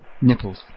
Nipples